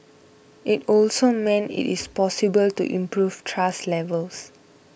it also means it is possible to improve trust levels